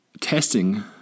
testing